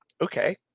okay